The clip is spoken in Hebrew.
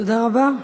תודה רבה.